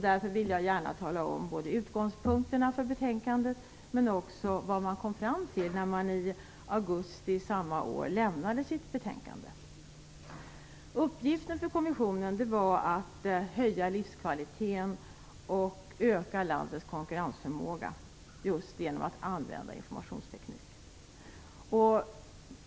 Därför ville jag gärna tala om vad som var utgångspunkterna för betänkandet och vad man hade kommit fram till när man i augusti samma år lämnade sitt betänkande. Uppgiften för kommissionen var att höja livskvaliteten och öka landets konkurrensförmåga genom att använda informationsteknik.